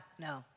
no